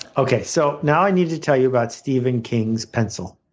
okay, so now i need to tell you about stephen king's pencil.